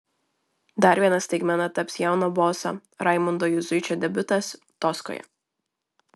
dar viena staigmena taps jauno boso raimundo juzuičio debiutas toskoje